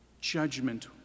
Judgment